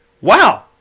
Wow